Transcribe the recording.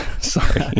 Sorry